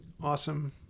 awesome